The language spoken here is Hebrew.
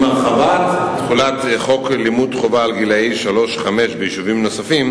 עם הרחבת תחולת חוק לימוד חובה לגילאי שלוש עד חמש ביישובים נוספים